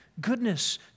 Goodness